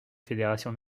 fédérations